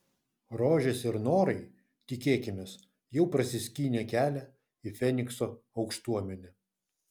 rožės ir norai tikėkimės jau prasiskynė kelią į fenikso aukštuomenę